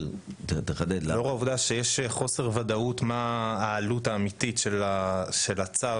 לאור העובדה שיש חוסר ודאות לגבי העלות האמיתית של הצו